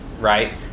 right